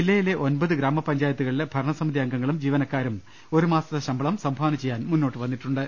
ജില്ലയിലെ ഒമ്പത് ഗ്രാമ പഞ്ചായത്തുകളിലെ ഭരണസമിതി അംഗങ്ങളും ജീവ നക്കാരും ഒരു മാസത്തെ ശമ്പളം സംഭാവന ചെയ്യാൻ മുന്നോട്ട് വ ന്നിട്ടുണ്ട്